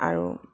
আৰু